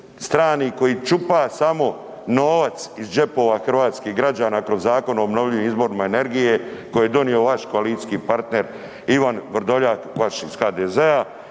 koji čupa samo novac iz džepova hrvatskih građana kroz Zakon o obnovljivim izborima energije koji je donio vam koalicijski partner Ivan Vrdoljak vaš iz HDZ-a.